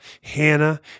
Hannah